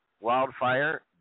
Wildfire